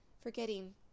forgetting